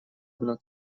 одно